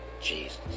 Jesus